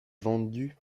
vendue